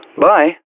bye